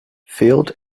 field